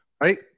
right